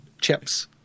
chips